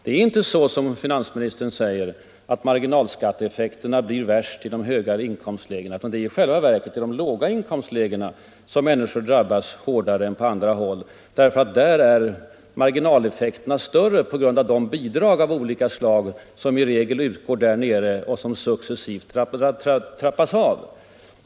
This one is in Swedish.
Det är inte som finansministern säger, att marginalskatteeffekterna blir värst i de höga inkomstlägena. Det är i själva verket i de låga inkomstlägena människorna drabbas hårdast. Där är nämligen marginaleffekterna större på grund av de bidrag som i regel utgår där nere och som successivt trappas av när inkomsten ökar.